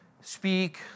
speak